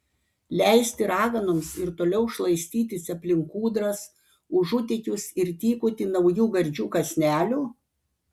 leisti raganoms ir toliau šlaistytis aplink kūdras užutėkius ir tykoti naujų gardžių kąsnelių